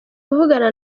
kuvugana